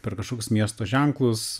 per kažkokius miesto ženklus